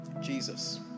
Jesus